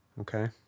Okay